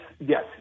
Yes